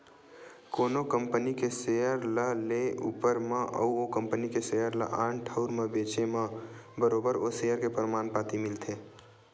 कोनो कंपनी के सेयर ल लेए ऊपर म अउ ओ कंपनी के सेयर ल आन ठउर म बेंचे म बरोबर ओ सेयर के परमान पाती मिलथे